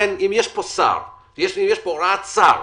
אם יש פה הוראת שר,